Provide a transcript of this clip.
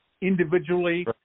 individually